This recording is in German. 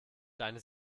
deine